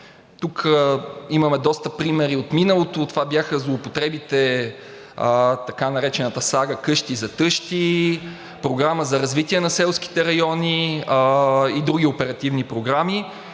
Тук имаме доста примери от миналото. Това бяха злоупотребите – така наречената сага къщи за тъщи, Програма за развитие на селските райони и други оперативни програми,